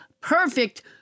perfect